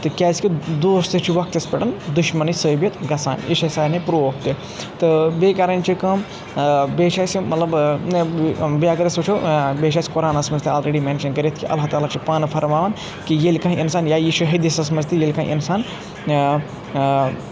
تہِ کِیٛازِ کہِ دوس تہِ چھِ وَقتَس پؠٹھ دُشمَنٕے ثٲبط گژھان یہِ چھِ اَسہِ سارنٕے پروف تہِ تہٕ بیٚیہِ کَرٕنۍ چھِ کٲم آں بیٚیہِ چھِ اَسہِ یِم مطلب ٲم بیٚیہِ اَگر أسۍ وُچھو بیٚیہِ چھِ اَسہِ قۄرانَس منٛز تہِ آلریٚڈِی مِؠنشَن کٔرِتھ کہِ اللہ تعالیٰ چھِ پانہٕ فرماوان کہِ یِیٚلہِ کانٛہہ اِنسان یا یہِ چھِ حدِیٖثس منٛز تہِ یِیٚلہِ کانٛہہ اِنسان ٲں ٲں